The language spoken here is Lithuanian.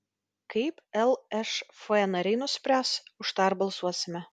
kaip lšf nariai nuspręs už tą ir balsuosime